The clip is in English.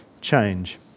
change